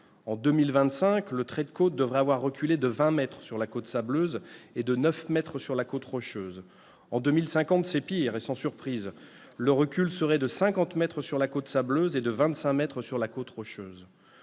En 2025, le trait de côte devrait avoir reculé de 20 mètres sur la côte sableuse et de 9 mètres sur la côte rocheuse. En 2050, c'est pire et sans surprise : le recul serait de 50 mètres sur la côte sableuse et de 25 mètres sur la côte rocheuse.